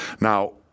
now